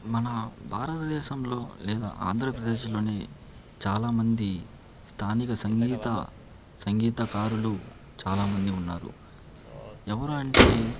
మన భారతదేశంలో లేదా ఆంధ్రప్రదేశ్లోని చాలామంది స్థానిక సంగీత సంగీతకారులు చాలా మంది ఉన్నారు ఎవరూ అంటే